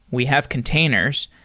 we have containers.